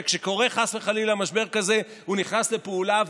וכשקורה חס וחלילה משבר כזה הוא נכנס לפעולה.